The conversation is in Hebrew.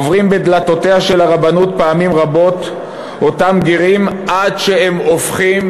עוברים בדלתותיה של הרבנות פעמים רבות אותם גרים עד שהם הופכים,